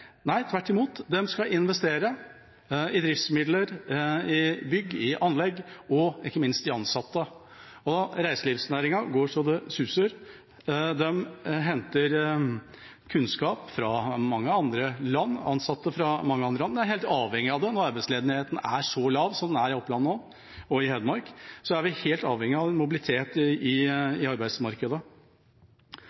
Nei, tvert imot, de skal investere i driftsmidler, i bygg, i anlegg og ikke minst i ansatte, og reiselivsnæringen går så det suser. De henter kunnskap fra mange andre land, ansatte fra mange andre land. De er helt avhengige av det. Når arbeidsledigheten er så lav som den er i Oppland nå – og i Hedmark – er vi helt avhengige av mobilitet i